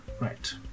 Right